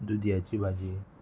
दुद्याची भाजी